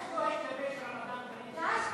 איך לא מתלבש הרמדאן כרים על תוכן הנאום.